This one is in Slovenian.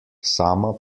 sama